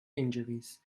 injuries